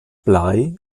blei